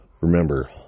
Remember